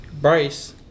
Bryce